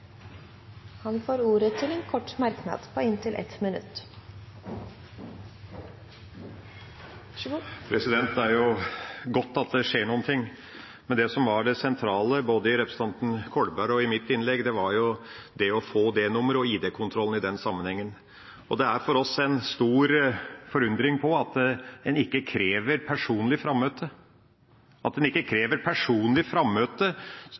får ordet til en kort merknad, begrenset til 1 minutt. Det er godt at det skjer noe. Men det som var det sentrale både i representanten Kolbergs og mitt innlegg, var det å få D-nummer og ID-kontrollen i den sammenhengen. Det vekker stor forundring hos oss at en ikke krever personlig frammøte